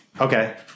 Okay